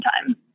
time